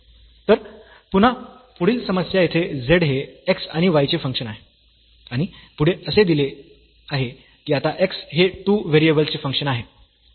तर पुन्हा पुढील समस्या येथे z हे x आणि y चे फंक्शन आहे आणि पुढे असे दिले आहे की आता x हे 2 व्हेरिएबल्सचे फंक्शन आहे